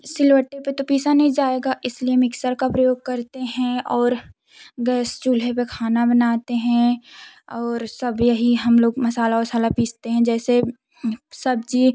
शीलवट्टे पर तो पीसा नहीं जाएगा इसलिए मिक्सर का प्रयोग करते हैं और गैस चूल्हे पर खाना बनाते हैं और सब यही हम लोग मसाला वसाला पीसते हैं जैसे सब्ज़ी